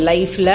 Life